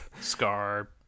scar